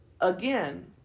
again